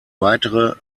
weitere